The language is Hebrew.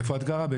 איפה את גרה?